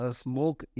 smoke